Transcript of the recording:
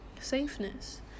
safeness